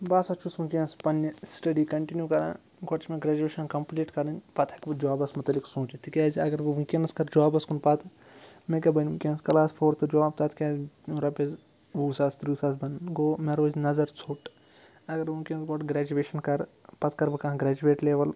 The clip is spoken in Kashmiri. بہٕ ہَسا چھُس وُنکیٚس پننہِ سِٹَڈی کَنٹِنِو کَران گۄڈٕ چھِ مےٚ گرٛیجویشَن کَمپٕلیٖٹ کَرٕنۍ پَتہٕ ہیٚکہٕ بہٕ جابَس مُتعلِق سونٛچِتھ تِکیٛازِ اگر بہٕ وُنکیٚس کَرٕ جابَس کُن پَتہٕ مےٚ کیٛاہ بَنہِ وُنکیٚس کَلاس فورتھہٕ جاب تَتھ کیٛازِ رۄپیَس وُہ ساس تٕرٛہ ساس بَنُن گوٚو مےٚ روزِ نظر ژھوٚٹ اگر بہٕ وُنکیٚس گۄڈٕ گرٛیجویشَن کَرٕ پَتہٕ کَرٕ بہٕ کانٛہہ گرٛیجویٹ لیول